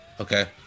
Okay